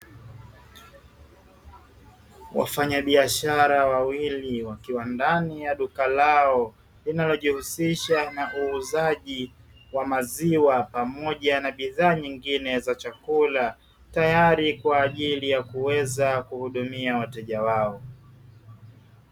Wafanyabiashara wawili wakiwa ndani ya duka lao linalojihusisha na uuzaji wa maziwa pamoja na bidhaa nyingine za chakula, tayari kwa ajili kuweza kuhudumia wateja wao.